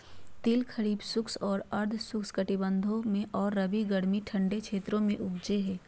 तिल खरीफ शुष्क और अर्ध शुष्क कटिबंधों में और रबी गर्मी ठंडे क्षेत्रों में उपजै हइ